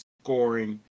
scoring